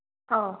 ꯑꯧ